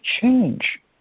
change